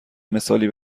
مثالی